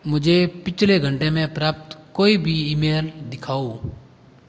मुझे पिछले घंटे में प्राप्त कोई भी ईमेल दिखाओ